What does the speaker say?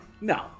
No